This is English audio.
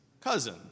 cousin